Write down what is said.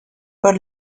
por